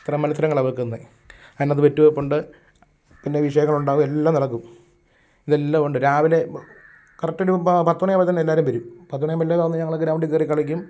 ഇത്തരം മത്സരങ്ങളാണ് വെക്കുന്നത് അതിനകത്ത് ബെറ്റുവെപ്പുണ്ട് പിന്നെ വിഷയങ്ങളുണ്ടാകും എല്ലാം നടക്കും ഇതെല്ലാം ഉണ്ട് രാവിലെ കറക്റ്റ് ഒരു പത്ത് മണിയാകുമ്പോഴത്തേക്കും എല്ലാവരും വരും പത്ത് മണിയാകുമ്പോൾ എല്ലാവരും വന്ന് ഞങ്ങൾ ഗ്രൗണ്ടിൽ കയറി കളിക്കും